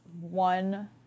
one